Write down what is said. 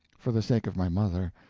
for the sake of my mother,